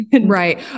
Right